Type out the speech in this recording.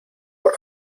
por